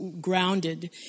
grounded